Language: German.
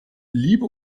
liebe